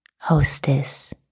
hostess